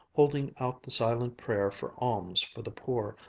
holding out the silent prayer for alms for the poor,